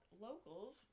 locals